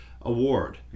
award